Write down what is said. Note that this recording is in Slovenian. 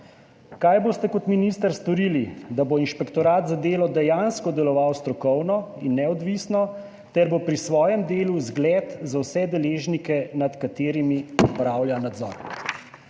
Kaj boste kot minister storili, da bo Inšpektorat za delo dejansko deloval strokovno in neodvisno ter bo pri svojem delu zgled za vse deležnike, nad katerimi opravlja nadzor?